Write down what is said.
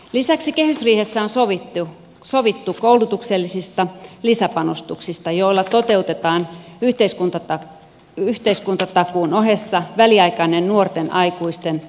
lisäksi kehysriihessä on sovittu koulutuksellisista lisäpanostuksista joilla toteutetaan yhteiskuntatakuun ohessa väliaikainen nuorten aikuisten osaamisohjelma